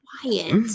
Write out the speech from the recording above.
quiet